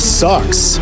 sucks